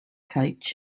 couch